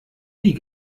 nie